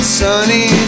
sunny